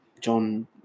John